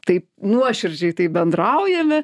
taip nuoširdžiai taip bendraujame